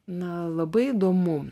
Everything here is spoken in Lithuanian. na labai įdomu